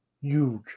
huge